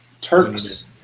Turks